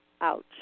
Ouch